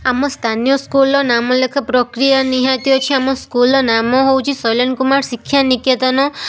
ଆମ ସ୍ଥାନୀୟ ସ୍କୁଲର ନାମ ଲେଖା ପ୍ରକ୍ରିୟା ନିହାତି ଅଛି ଆମ ସ୍କୁଲର ନାମ ହେଉଛି ଶୈଲେନ କୁମାର ଶିକ୍ଷା ନିକେତନ